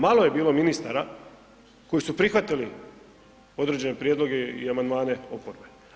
Malo je bilo ministara koji su prihvatili određene prijedloge i amandmane oporbe.